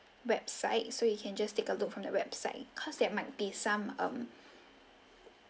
website so you can just take a look from the website cause there might be some um